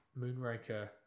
Moonraker